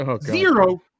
zero